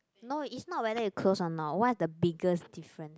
no is not whether you close or not what is the biggest difference